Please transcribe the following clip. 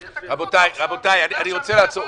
--- רבותיי, רבותיי, אני רוצה לעצור.